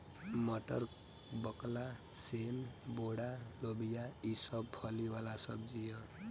मटर, बकला, सेम, बोड़ा, लोबिया ई सब फली वाला सब्जी ह